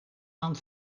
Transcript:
aan